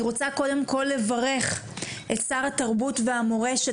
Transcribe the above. אני רוצה קודם כל לברך את שר התרבות והמורשת,